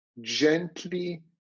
gently